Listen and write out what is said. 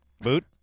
Boot